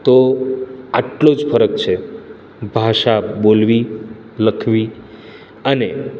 તો આટલો જ ફરક છે ભાષા બોલવી લખવી અને